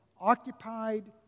occupied